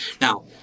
Now